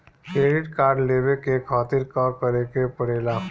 Credit card लेवे के खातिर का करेके पड़ेला?